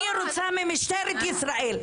אני רוצה ממשטרת ישראל.